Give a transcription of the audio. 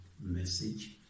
message